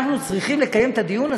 אנחנו צריכים לקיים את הדיון הזה.